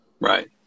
Right